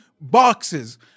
boxes